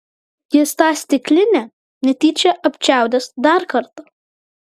jis tą stiklinę netyčia apčiaudės dar kartą